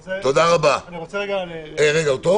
אני רוצה לומר דברים